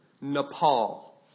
Nepal